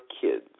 kids